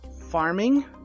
Farming